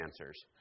answers